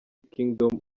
kingdom